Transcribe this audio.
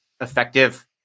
effective